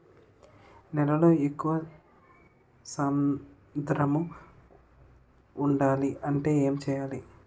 నేలలో ఎక్కువ సాంద్రము వుండాలి అంటే ఏంటి చేయాలి?